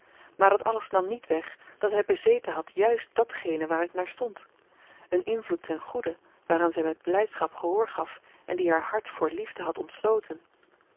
maar dat alles nam niet weg dat hij bezeten had juist datgene waar ik naar stond een invloed ten goede waaraan zij met blijdschap gehoor gaf en die haar hart voor liefde had ontsloten